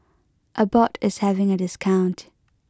Abbott is having a discount